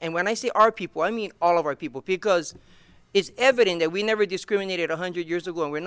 and when i say our people i mean all of our people picos it's evident that we never discriminated one hundred years ago and we're